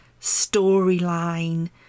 storyline